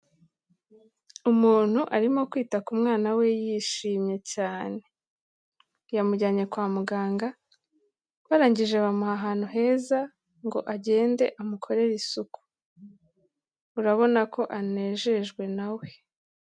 Umuntu arimo kwita ku mwana we yishimye cyane, yamujyanye kwa muganga, barangije bamuha ahantu heza ngo agende amukorere isuku, urabona ko anejejwe na we.